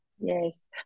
Yes